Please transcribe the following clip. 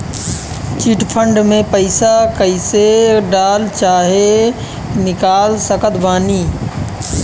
Chit fund मे पईसा कईसे डाल चाहे निकाल सकत बानी?